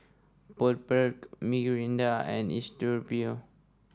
Bundaberg Mirinda and Istudio